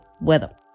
weather